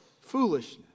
foolishness